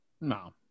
no